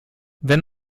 wenn